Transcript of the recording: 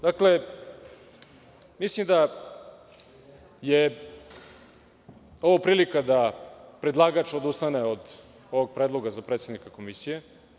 Dakle, mislim da je ovo prilika da predlagač odustane od ovog predloga za predsednika Komisije.